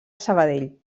sabadell